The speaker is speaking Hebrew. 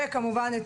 וכמובן,